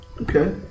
Okay